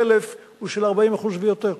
הדלף הוא של 40% ויותר.